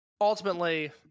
Ultimately